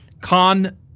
Con